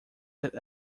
that